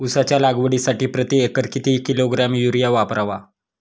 उसाच्या लागवडीसाठी प्रति एकर किती किलोग्रॅम युरिया वापरावा?